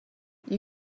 you